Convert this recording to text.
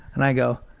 and i go,